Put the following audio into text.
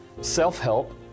self-help